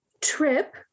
Trip